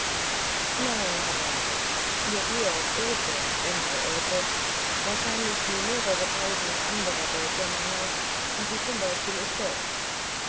nein herr bantes ihr georg irrte wenn er irrte wahrscheinlich wie mehrere tausend anderer deutscher männer und wie zum beispiel ich selbst